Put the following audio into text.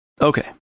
Okay